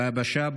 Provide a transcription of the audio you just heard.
ביבשה,